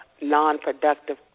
non-productive